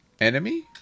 Enemy